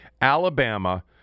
Alabama